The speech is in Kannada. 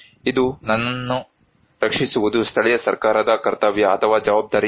ಇದು ನನ್ನನ್ನು ರಕ್ಷಿಸುವುದು ಸ್ಥಳೀಯ ಸರ್ಕಾರದ ಕರ್ತವ್ಯ ಅಥವಾ ಜವಾಬ್ದಾರಿಯಾಗಿದೆ